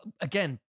again